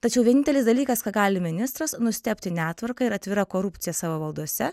tačiau vienintelis dalykas ką gali ministras nustebti netvarka ir atvira korupcija savo valdose